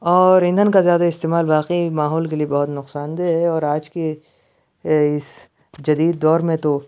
اور ایندھن کا زیادہ استعمال واقعی ماحول کے بہت نقصان دہ ہے اور آج کے اِس جدید دور میں تو